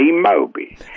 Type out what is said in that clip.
Moby